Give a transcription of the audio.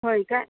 होय का